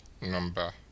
number